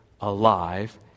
alive